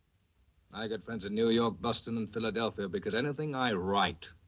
i got friends in new york, boston. and philadelphia because anything i write.